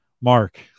Mark